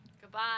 Goodbye